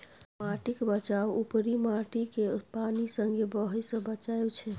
माटिक बचाउ उपरी माटिकेँ पानि संगे बहय सँ बचाएब छै